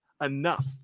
enough